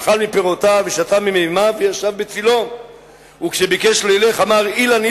אכל מפירותיו ושתה ממימיו וישב בצלו וכשביקש לילך אמר: אילן,